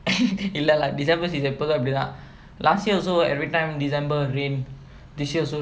இல்ல:illa lah december season எப்போது இப்டிதா:eppothu ipdithaa last year also everytime december rain this year also rain